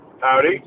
Howdy